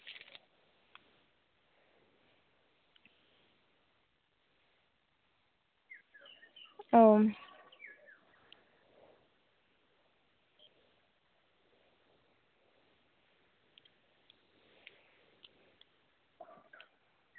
ᱚ